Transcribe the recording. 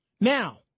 Now